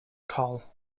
col